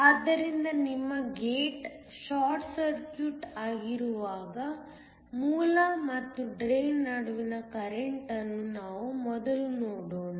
ಆದ್ದರಿಂದ ನಿಮ್ಮ gate short circuit ಆಗಿರುವಾಗ ಮೂಲ ಮತ್ತು ಡ್ರೈನ್ ನಡುವಿನ ಕರೆಂಟ್ನ್ನು ನಾವು ಮೊದಲು ನೋಡೋಣ